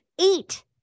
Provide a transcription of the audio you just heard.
eight